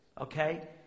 Okay